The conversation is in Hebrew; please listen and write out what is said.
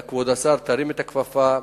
כבוד השר, תרים את הכפפה,